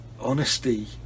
honesty